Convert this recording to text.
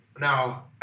Now